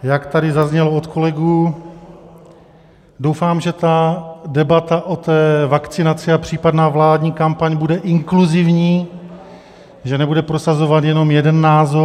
Jak tady zaznělo od kolegů, doufám, že debata o té vakcinaci a případná vládní kampaň bude inkluzivní, že nebude prosazovat jenom jeden názor.